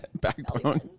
Backbone